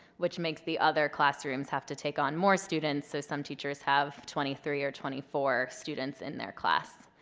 which makes the other classrooms have to take on more students, so some teachers have twenty three or twenty four students in their class.